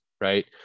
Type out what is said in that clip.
right